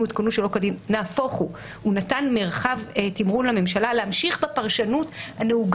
אנחנו באים לרשות ואומרים לה אחת משתיים